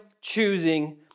choosing